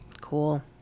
Cool